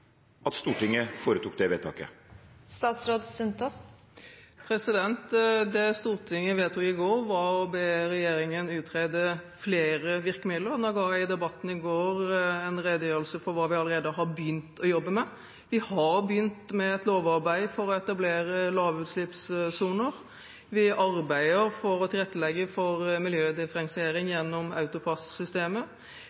at Stortinget foretok det vedtaket? Det Stortinget vedtok i går, var å be regjeringen utrede flere virkemidler. Nå ga jeg i debatten i går en redegjørelse om hva vi allerede har begynt å jobbe med. Vi har begynt med et lovarbeid for å etablere lavutslippssoner, vi arbeider for å tilrettelegge for miljødifferensiering gjennom